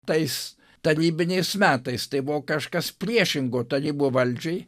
tais tarybiniais metais tai buvo kažkas priešingo tarybų valdžiai